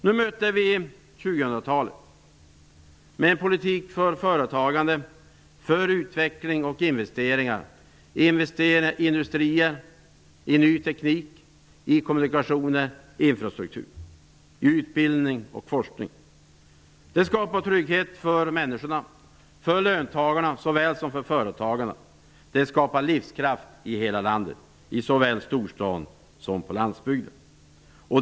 Nu möter vi 2000-talet med en politik för företagande, utveckling och investeringar i industrier, i ny teknik, i kommunikationer, i infrastruktur samt i utbildning och forskning. Det skapar trygghet för människorna, såväl för löntagarna som för företagarna. Det skapar livskraft i hela landet, både i storstaden och på landsbygden.